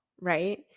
Right